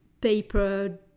paper